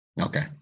okay